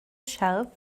shelf